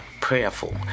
prayerful